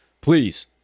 please